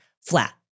flat